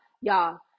y'all